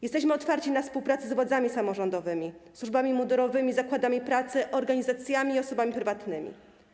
Jesteśmy otwarci na współpracę z władzami samorządowymi, służbami mundurowymi, zakładami pracy, organizacjami i osobami prywatnymi.